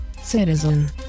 citizen